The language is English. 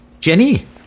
Jenny